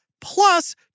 plus